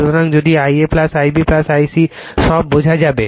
সুতরাং যদি I a I b I c সব বোঝা যাবে